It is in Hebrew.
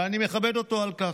ואני מכבד אותו על כך,